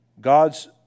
God's